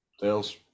tails